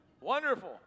Wonderful